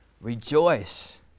Rejoice